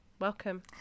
welcome